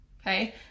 okay